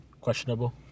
Questionable